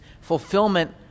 fulfillment